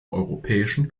europäischen